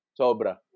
Sobra